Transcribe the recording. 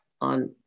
on